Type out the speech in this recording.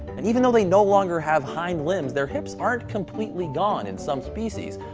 and even though they no longer have hind limbs, their hips aren't completely gone in some species.